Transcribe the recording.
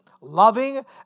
loving